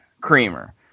creamer